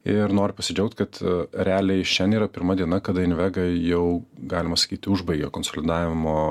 ir noriu pasidžiaugt kad realiai šiandien yra pirma diena kada invega jau galima sakyti užbaigė konsolidavimo